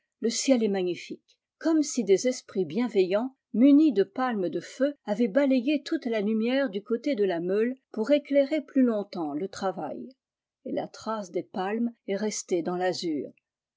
le ciel est magnifique comme si des esprits bienveillants munis de palmes de feu avaient balayé toute la lumière du côté de la meule pour éclairer plus longtemps le travail et la trace des palmes est restée dans tazur